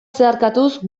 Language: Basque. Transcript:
zeharkatuz